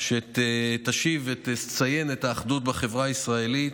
שתשיב ותציין את האחדות בחברה הישראלית.